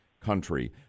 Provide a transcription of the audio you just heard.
country